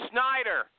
Snyder